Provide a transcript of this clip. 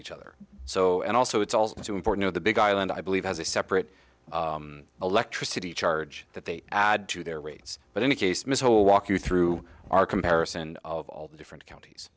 each other so and also it's also important that the big island i believe has a separate electricity charge that they add to their rates but in the case miss hole walk you through our comparison of all the different counties